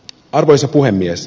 arvoisa puhemies